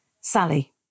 sally